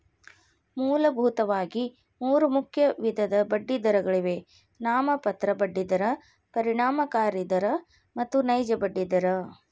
ಮೂಲಭೂತವಾಗಿ ಮೂರು ಮುಖ್ಯ ವಿಧದ ಬಡ್ಡಿದರಗಳಿವೆ ನಾಮಮಾತ್ರ ಬಡ್ಡಿ ದರ, ಪರಿಣಾಮಕಾರಿ ದರ ಮತ್ತು ನೈಜ ಬಡ್ಡಿ ದರ